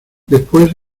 después